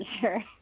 sure